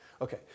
Okay